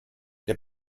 der